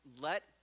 Let